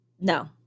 No